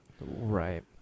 Right